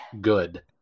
good